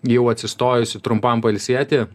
jau atsistojusi trumpam pailsėti